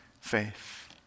faith